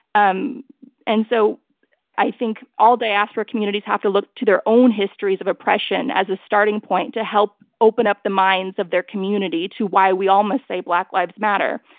um and so i think all diaspora communities have to look to their own histories of oppression as a starting point to help open up the minds of their community to why we all must say black lives matter,